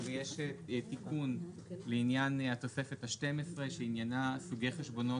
ויש תיקון לעניין התוספת ה-12 שעניינה "סוגי חשבונות